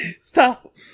stop